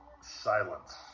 silence